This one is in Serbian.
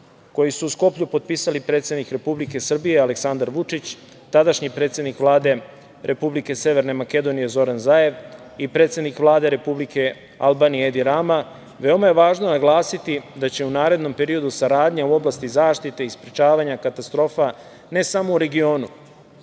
koji su u Skoplju potpisali predsednik Republike Srbije Aleksandar Vučić, tadašnji predsednik Vlade Republike Severne Makedonije Zoran Zaev i predsednik Vlade Republike Albanije Edi Rama, veoma je važno naglasiti da će u narednom periodu saradnja u oblasti zaštite i sprečavanja katastrofa, ne samo u regionu,